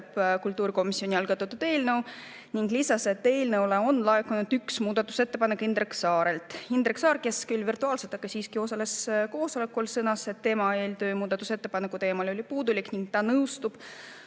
kultuurikomisjoni algatatud eelnõu, ning lisas, et eelnõu kohta on laekunud üks muudatusettepanek Indrek Saarelt. Indrek Saar, kes küll virtuaalselt, aga siiski osales koosolekul, sõnas, et tema eeltöö muudatusettepaneku puhul oli puudulik ning ta nõustub